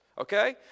okay